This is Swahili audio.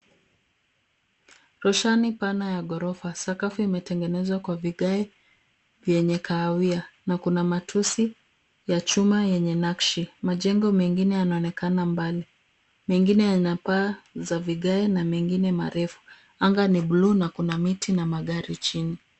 Roshani pana ya ghorofa. Sakafu imetengenezwa kwa vigae vyenye kahawia na kuna matusi ya chuma yenye nakshi. Majengo mengine yanaonekana mbali. Mengine yana paa za vigae na mengine marefu. Anga ni bluu na kuna miti na magari chini.